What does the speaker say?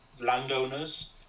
landowners